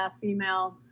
female